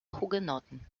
hugenotten